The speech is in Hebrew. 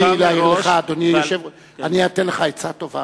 תרשה לי להעיר לך, אני אתן לך עצה טובה: